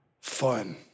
fun